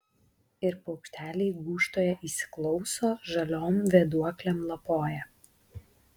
ir paukšteliai gūžtoje įsiklauso žaliom vėduoklėm lapoja